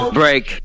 break